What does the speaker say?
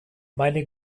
meine